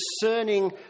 discerning